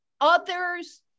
others